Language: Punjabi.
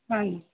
ਹਾਂਜੀ